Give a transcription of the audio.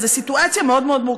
אז זו סיטואציה מאוד מאוד מורכבת.